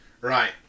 Right